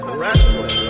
wrestling